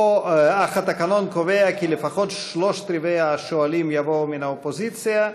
אך התקנון קובע כי לפחות שלושת-רבעי השואלים יבואו מהאופוזיציה,